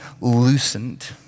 loosened